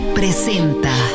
presenta